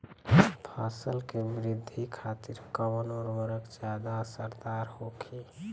फसल के वृद्धि खातिन कवन उर्वरक ज्यादा असरदार होखि?